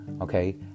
okay